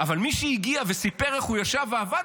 אבל מי שהגיע וסיפר איך הוא ישב ועבד